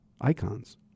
icons